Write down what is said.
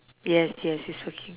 yes yes he's working